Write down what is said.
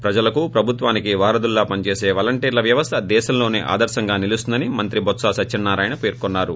ప్రజలకు ప్రభుత్వానికి వారధుల్లా పనిచేసీ వాలంటీర్ల వ్యవస్ద దేశంలోసే ఆదర్భంగా నిలుస్తుందని మంత్రి బొత్ప సత్యనారాయణ పేర్కొన్నారు